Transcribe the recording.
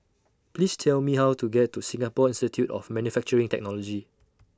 Please Tell Me How to get to Singapore Institute of Manufacturing Technology